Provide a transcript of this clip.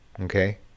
Okay